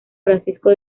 francisco